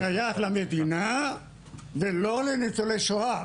שייך למדינה ולא לניצולי שואה,